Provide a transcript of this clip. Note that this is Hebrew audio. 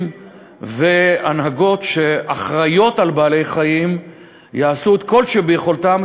והנהגות שאחראים לבעלי-חיים יעשו כל שביכולתם,